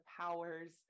powers